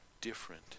different